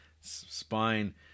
Spine